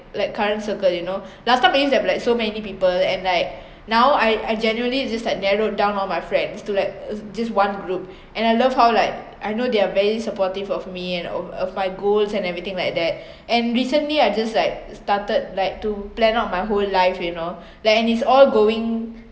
like current circle you know last time I used to have like so many people and like now I I generally just like narrowed down all my friends to like just one group and I love how like I know they're very supportive of me and o~ of my goals and everything like that and recently I just like started like to plan out my whole life you know like and is all going